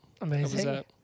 Amazing